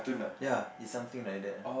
ya is something like that ah